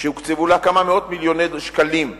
שהוקצבו לה כמה מאות מיליוני שקלים,